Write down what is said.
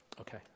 Okay